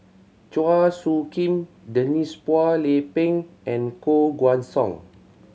Chua Soo Khim Denise Phua Lay Peng and Koh Guan Song